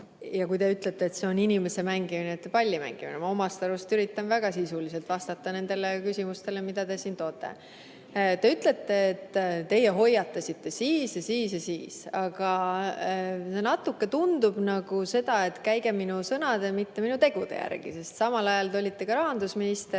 teha. Te ütlesite, et see on inimese mängimine, mitte palli mängimine, aga ma omast arust üritan väga sisuliselt vastata nendele küsimustele, mida te siin esitate. Te ütlesite, et teie hoiatasite siis ja siis ja siis. Aga natuke tundub nagu sedasi, et käige minu sõnade, mitte minu tegude järgi. Samal ajal te olite ju ka rahandusminister,